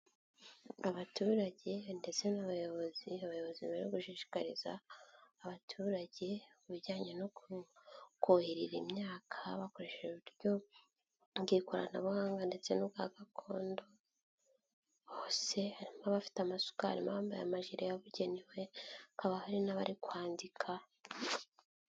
Abaturage ndetse n'abayobozi, abayobozi bari gushishikariza abaturage ibijyanye no kohirira imyaka bakoreshe uburyo bw'ikoranabuhanga ndetse n'ubwa gakondo. Hose harimo abafite amasuka, harimo abambaye amajire yabugenewe, hakaba hari n'abari kwandika.